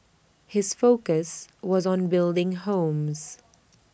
his focus was on building homes